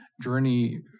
journey